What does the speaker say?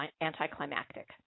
anticlimactic